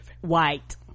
white